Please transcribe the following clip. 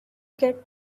get